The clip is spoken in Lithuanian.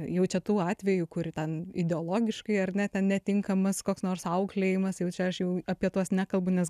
jau čia tų atvejų kur ten ideologiškai ar ne ten netinkamas koks nors auklėjimas jau čia aš jau apie tuos nekalbu nes